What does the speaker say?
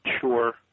sure